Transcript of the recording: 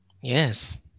Yes